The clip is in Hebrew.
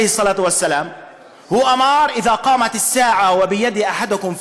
הוא אמר: (אומר דברים בערבית ומתרגם:)